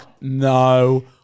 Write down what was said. no